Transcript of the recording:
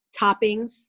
toppings